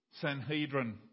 Sanhedrin